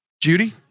Judy